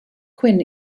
quinn